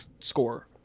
score